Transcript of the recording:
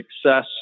success